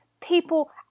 people